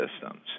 systems